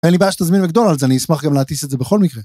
אין לי בעיה שתזמין מקדונלדס, אני אשמח גם להטיס את זה בכל מקרה.